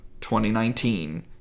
2019